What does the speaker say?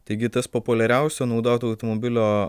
taigi tas populiariausio naudoto automobilio